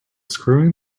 screwing